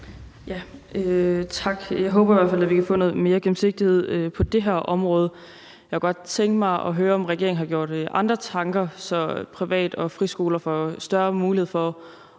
Tak. Jeg håber i hvert fald, at vi kan få noget mere gennemsigtighed på det her område. Jeg kunne godt tænke mig at høre, om regeringen har gjort sig andre tanker, i forhold til at privatskoler og friskoler får større mulighed for